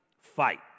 fight